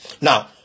Now